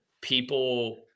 people